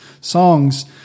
songs